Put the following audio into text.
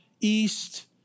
east